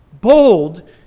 Bold